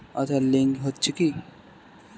Aadhaar link হচ্ছে কি?